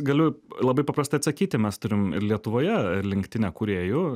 galiu labai paprastai atsakyti mes turim ir lietuvoje linktinę kūrėjų